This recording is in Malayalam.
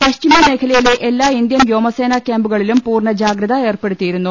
പശ്ചിമമേഖലയിലെ എല്ലാ ഇന്ത്യൻ വ്യോമസേനാ ക്യാമ്പുകളിലും പൂർണ ജാഗ്രത ഏർപ്പെടുത്തിയിരുന്നു